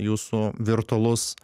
jūsų virtualus